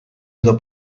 edo